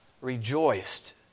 rejoiced